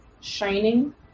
shining